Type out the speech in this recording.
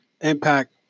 Impact